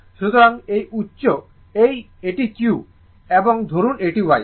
সুতরাং এই উচ্চ এটি q এবং ধরুন এটি y